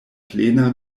plena